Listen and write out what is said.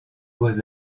beaux